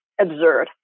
absurd